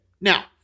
Now